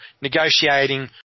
negotiating